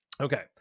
Okay